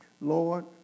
Lord